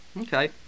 Okay